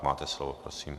Máte slovo, prosím.